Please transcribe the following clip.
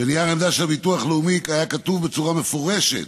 בנייר העמדה של הביטוח הלאומי היה כתוב בצורה מפורשת,